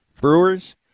Brewers